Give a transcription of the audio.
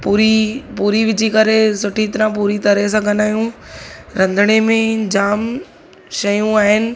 पूरी पूरी विझी करे सुठी तरह पूरी तरे सघंदा आहियूं रंधिणे में जाम शयूं आहिनि